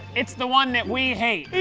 it's the one that we hate.